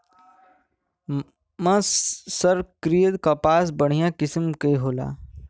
मर्सरीकृत कपास बढ़िया किसिम क होला